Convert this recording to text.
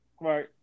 Right